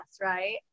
right